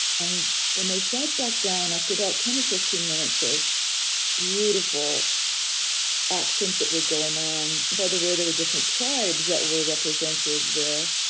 and when they sat back down after about ten, or fifteen minutes of beautiful actions that were going on, by the way, there were different tribes that were represented there,